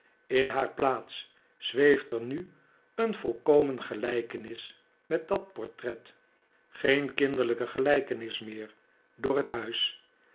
in haar plaats zweeft er nu een volkomen gelijkenis met dat portreft geen kinderlijke gelijkenis meer door het huis